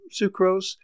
sucrose